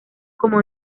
como